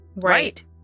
right